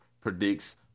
predicts